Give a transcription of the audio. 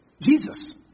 Jesus